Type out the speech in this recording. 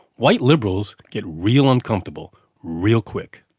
white liberals get real uncomfortable real quick